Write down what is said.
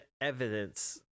evidence